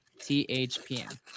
THPN